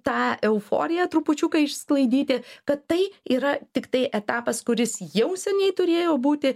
tą euforiją trupučiuką išsklaidyti kad tai yra tiktai etapas kuris jau seniai turėjo būti